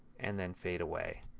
and then fade away.